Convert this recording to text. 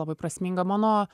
labai prasminga mano